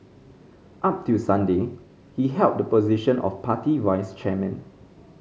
up till Sunday he held the position of party vice chairman